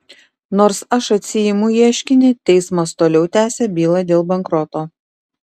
nors aš atsiimu ieškinį teismas toliau tęsia bylą dėl bankroto